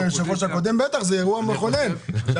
בגלל זה